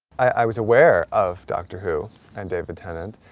i was aware of doctor who and david tennant,